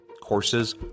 Courses